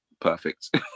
perfect